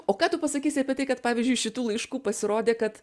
o ką tu pasakysi apie tai kad pavyzdžiui šitų laiškų pasirodė kad